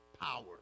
power